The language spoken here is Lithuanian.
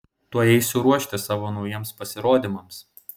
tuoj eisiu ruoštis savo naujiems pasirodymams